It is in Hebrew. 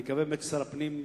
אני מקווה באמת ששר הפנים,